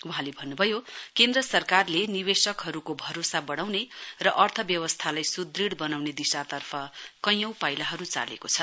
वहाँले भन्नु भयो केन्द्र सरकारले निवेशकहरूको भरोसा बढाउने र अर्थव्यवस्थालाई सुदृढ बनाउने दिशातर्फ कैयौ पाइलाहरू चालेको छ